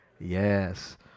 Yes